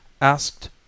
asked